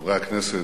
חברי הכנסת,